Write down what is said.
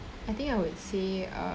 I think I would say uh